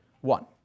One